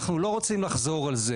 אנחנו לא רוצים לחזור על זה.